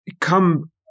come